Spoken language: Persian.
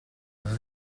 اومدن